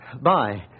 Bye